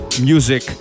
music